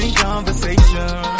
conversation